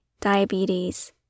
diabetes